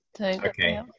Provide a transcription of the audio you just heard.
Okay